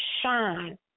shine